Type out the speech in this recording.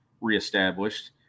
reestablished